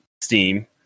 Steam